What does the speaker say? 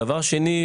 דבר שני,